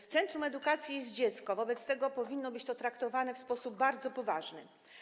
W centrum edukacji jest dziecko, wobec tego powinno być to traktowane w sposób bardzo poważny.